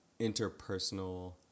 interpersonal